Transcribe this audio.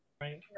right